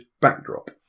backdrop